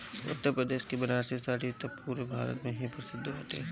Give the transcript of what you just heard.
उत्तरप्रदेश के बनारसी साड़ी त पुरा भारत में ही प्रसिद्ध बाटे